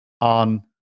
on